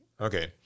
Okay